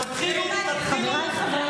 תתחילו, די קריב, די,